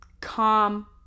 calm